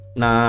na